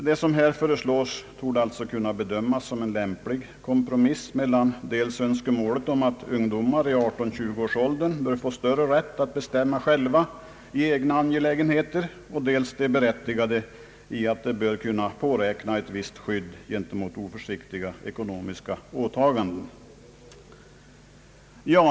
Vad som här föreslås torde alltså kunna bedömas som en lämplig kom promiss mellan dels önskemålet om att ungdomar i 18—20-årsåldern skall få större rätt att själva bestämma i egna angelägenheter och dels det berättigade kravet att ungdomarna skall kunna påräkna ett visst skydd mot oförsiktiga ekonomiska åtaganden.